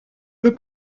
peu